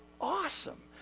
awesome